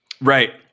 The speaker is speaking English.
Right